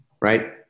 right